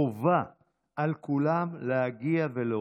חובה על כולם להגיע ולהופיע.